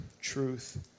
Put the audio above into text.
truth